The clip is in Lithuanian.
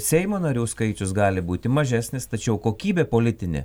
seimo narių skaičius gali būti mažesnis tačiau kokybė politinė